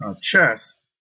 chess